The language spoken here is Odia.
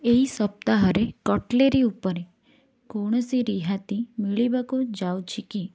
ଏହି ସପ୍ତାହରେ କଟ୍ଲେରୀ ଉପରେ କୌଣସି ରିହାତି ମିଳିବାକୁ ଯାଉଛି କି